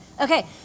Okay